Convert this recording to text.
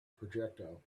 projectile